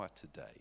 today